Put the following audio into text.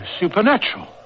supernatural